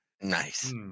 Nice